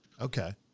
Okay